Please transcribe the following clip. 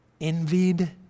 envied